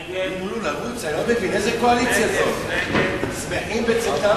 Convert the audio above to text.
(מינוי ממלא מקום), התשס"ח 2008,